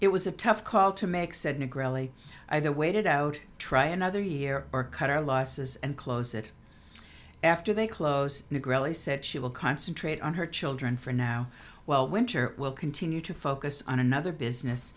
it was a tough call to make said nick really either waited out try another year or cut our losses and close it after they close integrally said she will concentrate on her children for now while winter will continue to focus on another business